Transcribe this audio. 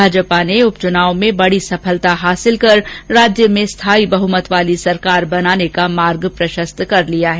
भाजपा ने उपचुनाव में बड़ी सफलता हासिल कर राज्य में स्थायी बहमत वाली सरकार बनाने का मार्ग प्रशस्त कर लिया है